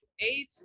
eight